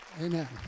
Amen